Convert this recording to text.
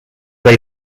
they